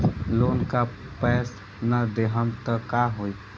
Loan का पैस न देहम त का होई?